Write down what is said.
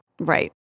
right